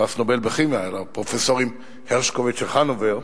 פרס נובל בכימיה, הפרופסורים הרשקו וצ'חנובר,